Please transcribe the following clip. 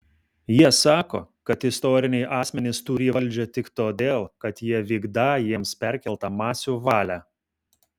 jie sako kad istoriniai asmenys turį valdžią tik todėl kad jie vykdą jiems perkeltą masių valią